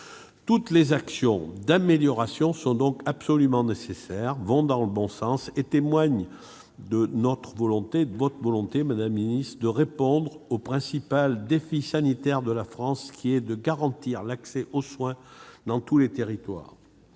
Toutes les actions d'amélioration sont donc absolument nécessaires, vont dans le bon sens et témoignent de notre volonté commune, madame la ministre, de répondre au principal défi sanitaire de la France, qui est de garantir l'accès aux soins dans tous les territoires.